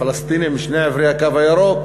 פלסטינים משני עברי הקו הירוק,